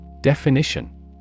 Definition